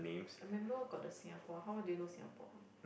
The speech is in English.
I remember got the Singapore how well do you know Singapore